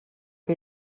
que